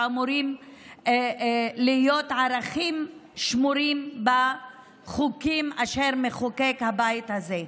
שאמורים להיות ערכים שמורים בחוקים אשר מחוקק הבית הזה.